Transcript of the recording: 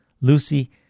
Lucy